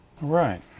Right